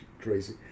crazy